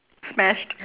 smashed